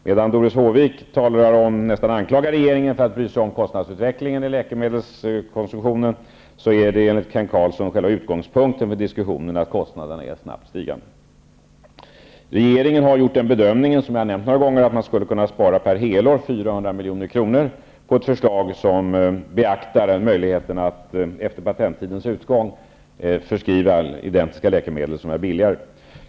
Medan Doris Håvik nästan anklagar regeringen för att bry sig om kostnadsutvecklingen i läkemedelskonsumtionen, är utgångspunkten i diskussionen för Kent Carlsson att kostnaderna är snabbt stigande. Regeringen har gjort bedömningen, som jag har nämnt några gånger, att 400 milj.kr. per helår skulle kunna sparas på ett förslag som beaktar möjligheterna att efter patenttidens utgång förskriva identiska läkemedel som är billigare.